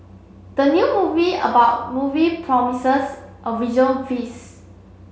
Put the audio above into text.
the new movie about movie promises a visual feast